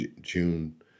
June